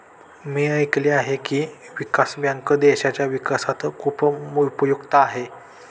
मी ऐकले आहे की, विकास बँक देशाच्या विकासात खूप उपयुक्त आहे